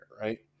right